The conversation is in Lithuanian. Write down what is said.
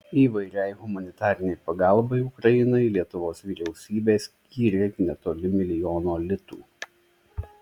įvairiai humanitarinei pagalbai ukrainai lietuvos vyriausybė skyrė netoli milijono litų